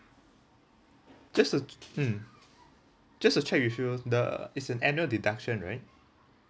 just a mm just a check with you the it's an annual deduction right